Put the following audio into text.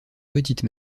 petite